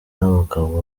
n’abagabo